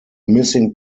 missing